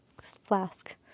flask